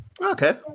Okay